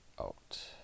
out